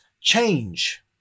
change